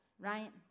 right